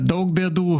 daug bėdų